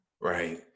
right